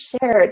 shared